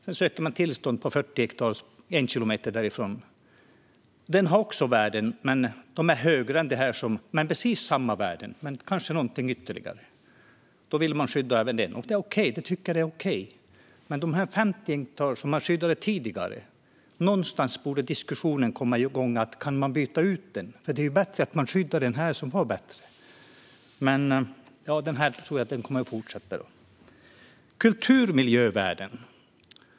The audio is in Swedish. Sedan söker man tillstånd för 40 hektar 1 kilometer därifrån. Där är det högre värden. Det är precis samma värden, men det är kanske också någonting ytterligare. Då vill man skydda även det. Det tycker jag är okej. Men jag tänker på de 50 hektar som är skyddade sedan tidigare. Det borde komma igång en diskussion om huruvida man kan byta ut detta, för det är bättre att man skyddar det område som har högre värden. Jag tror att den diskussionen kommer att fortsätta. Sedan kommer jag till kulturmiljövärden.